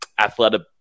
athletic –